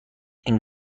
این